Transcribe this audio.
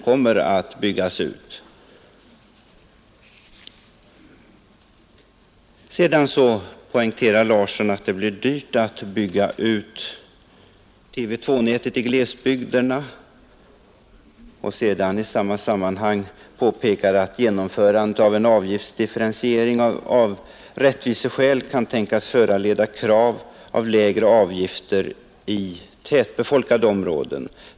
Herr Larsson i Vänersborg poängterade också att det blir dyrt att bygga ut TV 2-nätet i glesbygderna och sade samtidigt att genomförandet av en avgiftsdifferentiering kan tänkas leda till krav på lägre avgifter i tätbefolkade områden.